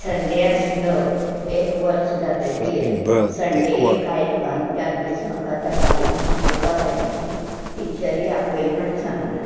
Sunday आसलो एक वर्स जातकीर संन्डे एक आयलो आनी त्या दिस म्हाका त्या बाईन आपोवपा धाडलें टिचरीक आपयलां म्हण सांगलें